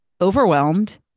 overwhelmed